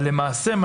אבל למעשה,